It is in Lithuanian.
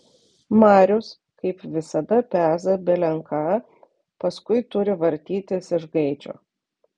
marius kaip visada peza belen ką paskui turi vartytis iš gaidžio